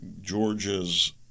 georgia's